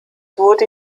wurden